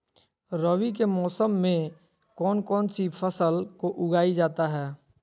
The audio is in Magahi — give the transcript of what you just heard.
रवि के मौसम में कौन कौन सी फसल को उगाई जाता है?